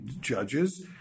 judges